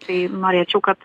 tai norėčiau kad